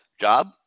job